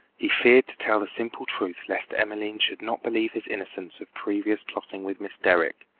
he feared to tell the simple truth lest emmeline should not believe his innocence of previous plotting with miss derrick,